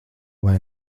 vai